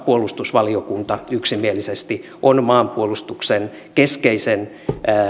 puolustusvaliokunta yksimielisesti on maanpuolustuksen keskeisen